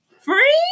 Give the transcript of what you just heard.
free